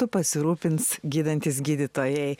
tuo pasirūpins gydantys gydytojai